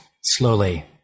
slowly